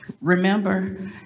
remember